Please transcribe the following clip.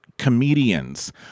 comedians